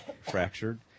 fractured